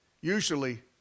usually